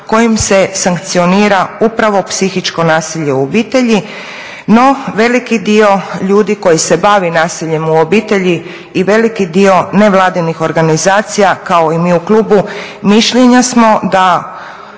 kojim se sankcionira upravo psihičko nasilje u obitelji no veliki dio ljudi koji se bavi nasiljem u obitelji i veliki dio nevladinih organizacija kao i mi u klubu mišljenja smo da